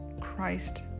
Christ